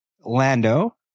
Lando